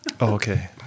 okay